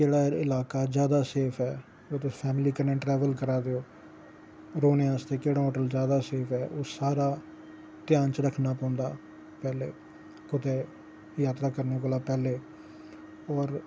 केह्ड़ा इलाका ज्यादा सेफ ऐ जे तुस फैमिली कन्नै ट्रैवल करा दे हो रोह्ने आस्तै केह्ड़ा होटल सेफ ऐ ओह सारा ध्यान च रक्खना पौंदा कुदैं यात्रा करने कोला पैह्लै होर